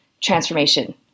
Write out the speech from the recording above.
transformation